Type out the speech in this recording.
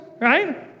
right